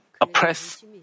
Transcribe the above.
oppress